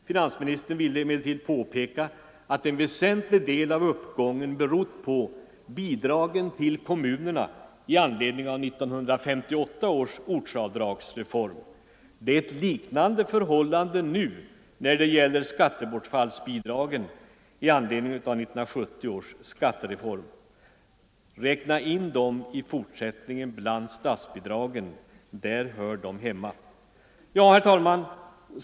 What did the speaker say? Finansministern ville emellertid påpeka att en väsentlig del av uppgången berott på bidragen till kommunerna i anledning av 1958 års ortsavdragsreform. Det är ett liknande förhållande nu när det gäller skattebortfallsbidragen med anledning av 1970 års skattereform. Räkna in dem i fortsättningen bland statsbidragen, för där hör de hemma! Herr talman!